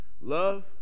love